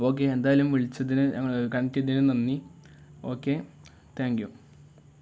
okay എന്തായാലും വിളിച്ചതിന് ഞങ്ങൾ കണക്റ്റ ചെയ്തതിന് നന്ദി ഓക്കെ താങ്ക് യൂ